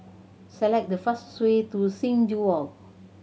select the fastest way to Sing Joo Walk